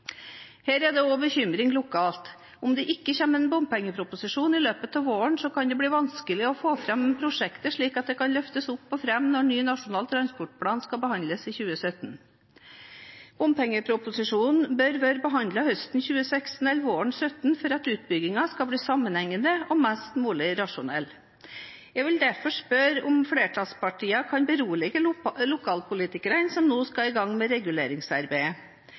Her er det også bekymring lokalt. Om det ikke kommer en bompengeproposisjon i løpet av våren, kan det bli vanskelig å få fram prosjektet slik at det kan løftes opp og fram når ny Nasjonal transportplan skal behandles i 2017. Bompengeproposisjonen bør være behandlet høsten 2016 eller våren 2017 for at utbyggingen skal bli sammenhengende og mest mulig rasjonell. Jeg vil derfor spørre om flertallspartiene kan berolige lokalpolitikerne som nå skal i gang med